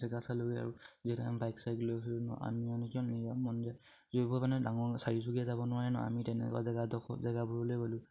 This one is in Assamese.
জেগা চালোগে আৰু যিহেতু বাইক চাৰি চুকীয়া যাব নোৱাৰে ন আমি তেনেকুৱা